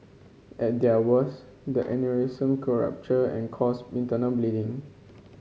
at their worst the aneurysm could rupture and cause internal bleeding